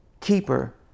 keeper